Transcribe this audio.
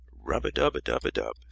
rub-a-dub-a-dub-a-dub